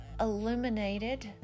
illuminated